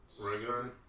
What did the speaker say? Regular